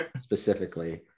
specifically